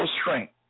strength